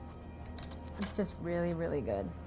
it's just really, really good.